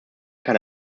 kann